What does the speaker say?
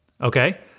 okay